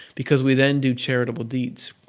because we then do charitable deeds.